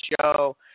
show